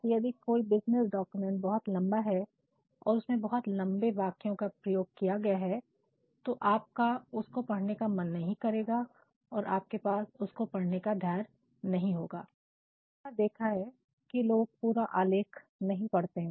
मैंने कई बार देखा है की लोग पूरा आलेख नहीं पढ़ते हैं